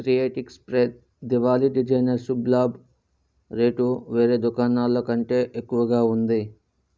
క్రియేటిక్ space Diwali designer శుభ్లాభ్ rate వేరే దుకాణాల్లో కంటే ఎక్కువగా ఉంది